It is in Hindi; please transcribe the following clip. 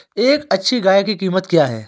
एक अच्छी गाय की कीमत क्या है?